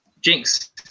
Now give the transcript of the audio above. Jinx